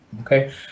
okay